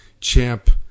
champ